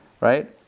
right